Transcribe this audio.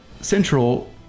Central